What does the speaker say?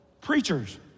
Preachers